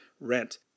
rent